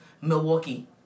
Milwaukee